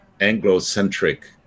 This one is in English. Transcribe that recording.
anglo-centric